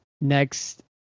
next